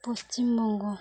Paschim Banga